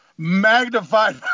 magnified